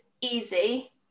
easy